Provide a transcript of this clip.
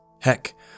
Heck